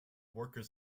workers